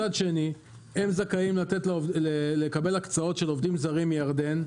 מצד שני הם זכאים לקבל הקצאות של עובדים זרים מירדן,